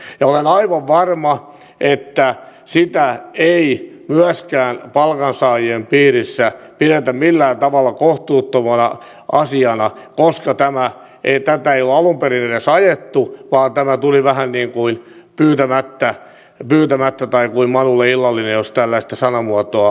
olen aivan varma että sitä ei myöskään palkansaajien piirissä pidetä millään tavalla kohtuuttomana asiana koska tätä ei ole alun perin edes ajettu vaan tämä tuli vähän niin kuin pyytämättä tai kuin manulle illallinen jos tällaista sanamuotoa voi käyttää